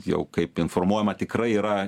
jau kaip informuojama tikrai yra